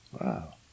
wow